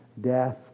death